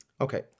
Okay